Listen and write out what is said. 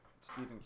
Stephen